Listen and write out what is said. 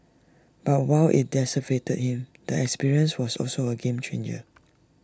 but while IT devastated him the experience was also A game changer